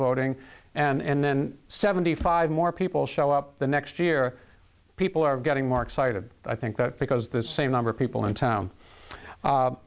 voting and then seventy five more people show up the next year people are getting more excited i think that's because the same number of people in town